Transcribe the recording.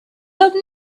hope